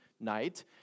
night